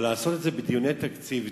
אבל לעשות את זה בדיוני תקציב,